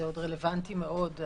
זה עוד רלוונטי מאוד,